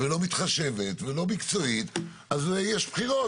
לא מתחשבת ולא מקצועית - אז יש בחירות